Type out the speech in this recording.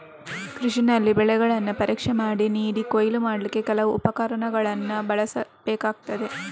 ಕೃಷಿನಲ್ಲಿ ಬೆಳೆಗಳನ್ನ ಪರೀಕ್ಷೆ ಮಾಡಿ ನೋಡಿ ಕೊಯ್ಲು ಮಾಡ್ಲಿಕ್ಕೆ ಕೆಲವು ಉಪಕರಣಗಳನ್ನ ಬಳಸ್ಬೇಕಾಗ್ತದೆ